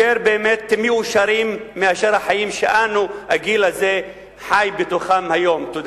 יותר מאושרים מהחיים שאנו, בני